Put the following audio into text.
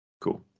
cool